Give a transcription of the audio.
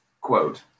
quote